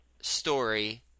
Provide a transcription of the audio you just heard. story